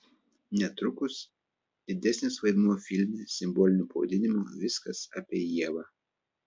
netrukus didesnis vaidmuo filme simboliniu pavadinimu viskas apie ievą